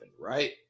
right